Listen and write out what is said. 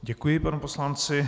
Děkuji panu poslanci.